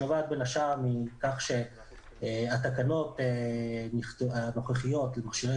שנובעת בין השאר מכך שהתקנות הנוכחיות למכשירי